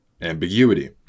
ambiguity